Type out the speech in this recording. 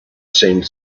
seemed